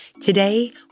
Today